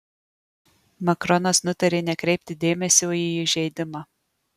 makronas nutarė nekreipti dėmesio į įžeidimą